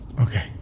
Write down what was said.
Okay